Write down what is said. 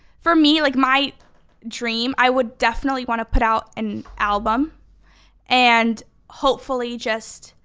for me, like my dream, i would definitely want to put out an album and hopefully just,